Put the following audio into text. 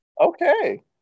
Okay